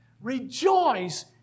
Rejoice